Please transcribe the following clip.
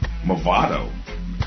Movado